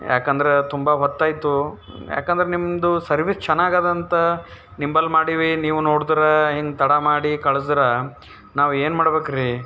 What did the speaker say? ಏಕೆಂದ್ರೆ ತುಂಬ ಹೊತ್ತಾಯಿತು ಏಕೆಂದ್ರೆ ನಿಮ್ಮದು ಸರ್ವೀಸ್ ಚೆನ್ನಾಗಿದೆ ಅಂತ ನಿಂಬಳಿ ಮಾಡೀವಿ ನೀವು ನೋಡ್ದ್ರೆ ಹಿಂಗೆ ತಡ ಮಾಡಿ ಕಳ್ಸದಾರ ನಾವೇನು ಮಾಡಬೇಕ್ರಿ